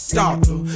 doctor